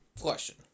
Question